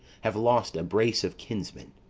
have lost a brace of kinsmen.